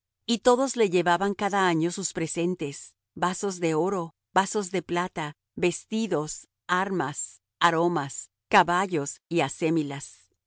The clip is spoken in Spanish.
y todos le llevaban cada año sus presentes vasos de oro vasos de plata vestidos armas aromas caballos y